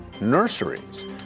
nurseries